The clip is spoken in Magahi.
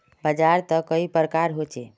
बाजार त कई प्रकार होचे?